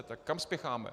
Tak kam spěcháme?